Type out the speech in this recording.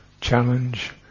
challenge